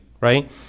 right